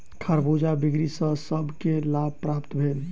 खरबूजा बिक्री सॅ सभ के लाभ प्राप्त भेल